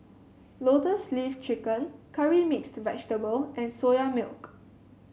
Lotus Leaf Chicken Curry Mixed Vegetable and Soya Milk